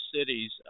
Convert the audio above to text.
cities